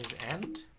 and